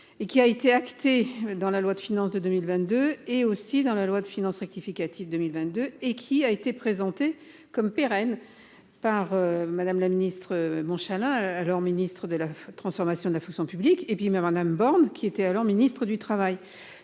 Et qui a été acté dans la loi de finances de 2022 et aussi dans la loi de finances rectificative 2022 et qui a été présenté comme pérennes. Par Madame la Ministre Montchalin alors Ministre de la transformation de la fonction publique et puis même madame Borne, qui était alors ministre du Travail.